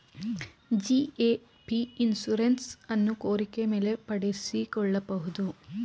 GAP insurance ಅನ್ನು ಕೋರಿಕೆ ಮೇಲೆ ಪಡಿಸಿಕೊಳ್ಳಬಹುದು